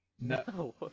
No